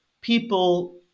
people